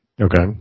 Okay